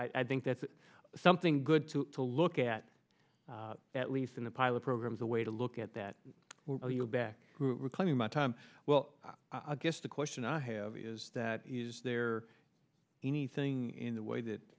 i think that's something good to to look at at least in the pilot programs a way to look at that when you're back reclaiming my time well i guess the question i have is that is there anything in the way that